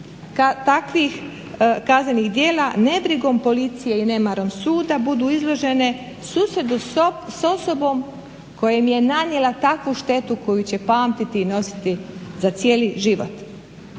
takvih kaznenih djela nebrigom policije i nemarom suda budu izložene susretu s osobom koja im je nanijela takvu štetu koju će pamtiti i nositi za cijeli život.